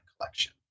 collection